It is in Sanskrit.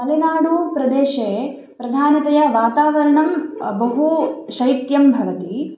मलेनाडूप्रदेशे प्रधानतया वातावरणं बहु शैत्यं भवति